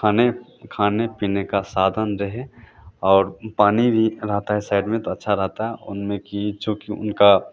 खाने खाने पीने का साधन रहे और पानी भी रहता है साइड में तो अच्छा रहता है उनमें भी चूँकि उनका